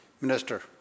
Minister